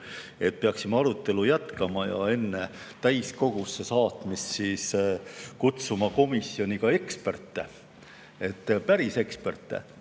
et peaksime arutelu jätkama ja enne täiskogusse saatmist kutsuma komisjoni ka eksperte, päris eksperte,